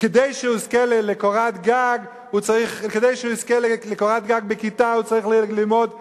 כדי שהוא יזכה לקורת גג בכיתה הוא צריך ללמוד א',